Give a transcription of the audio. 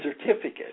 certificate